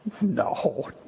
No